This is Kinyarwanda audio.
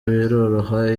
biroroha